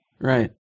Right